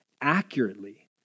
accurately